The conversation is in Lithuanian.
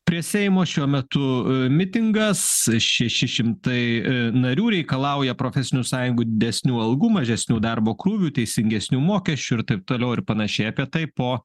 prie seimo šiuo metu mitingas šeši šimtai narių reikalauja profesinių sąjungų didesnių algų mažesnių darbo krūvių teisingesnių mokesčių ir taip toliau ir panašiai apie tai po